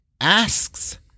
asks